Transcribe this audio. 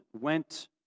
went